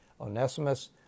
Onesimus